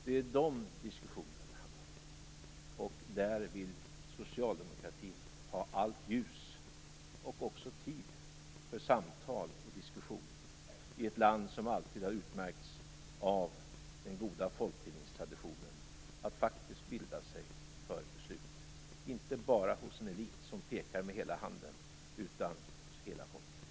Det är de diskussionerna det handlar om. Där vill socialdemokratin ha allt ljus, och också tid, för samtal och diskussion i ett land som alltid har utmärkts av den goda folkbildningstraditionen att faktiskt bilda sig före ett beslut - inte bara en elit som pekar med hela handen, utan hela folket.